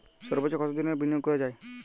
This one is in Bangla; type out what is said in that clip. সর্বোচ্চ কতোদিনের বিনিয়োগ করা যায়?